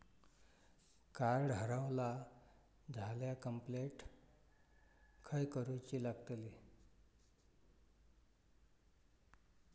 Card हरवला झाल्या complaint खय करूची लागतली?